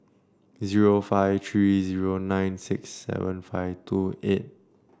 zero five three zero nine six seven five two eight